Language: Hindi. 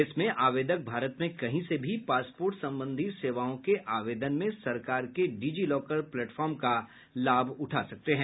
इसमें आवेदक भारत में कहीं से भी पासपोर्ट संबंधी सेवाओं के आवेदन में सरकार के डिजी लॉकर प्लेटफॉर्म का लाभ उठा सकते हैं